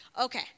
Okay